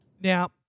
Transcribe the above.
Now